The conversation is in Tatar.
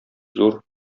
зур